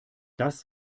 das